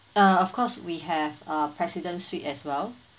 uh of course we have uh president suite as well